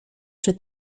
czy